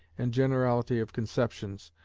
and generality of conceptions,